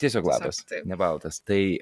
tiesiog lapas ne baltas tai